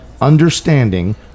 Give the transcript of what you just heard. understanding